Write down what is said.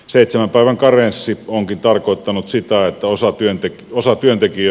seitsemän päivän karenssi onkin tarkoittanut sitä että osa työnteko sopien teki